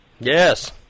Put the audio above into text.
Yes